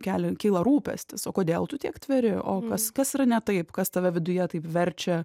kelia kyla rūpestis o kodėl tu tiek tveri o kas kas yra ne taip kas tave viduje taip verčia